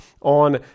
on